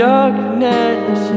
Darkness